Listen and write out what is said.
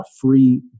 free